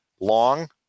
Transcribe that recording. long